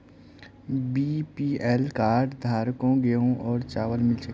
BPL card धारकों गेहूं और चावल मिल छे